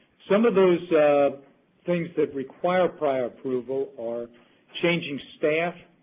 some of those things that require prior approval are changing staff,